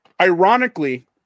Ironically